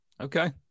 Okay